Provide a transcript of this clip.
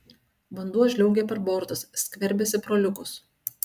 vanduo žliaugia per bortus skverbiasi pro liukus